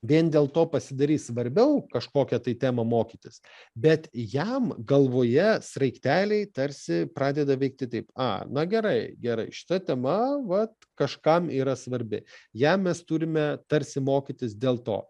vien dėl to pasidarys svarbiau kažkokią tai temą mokytis bet jam galvoje sraigteliai tarsi pradeda veikti taip a na gerai gerai šita tema vat kažkam yra svarbi ją mes turime tarsi mokytis dėl to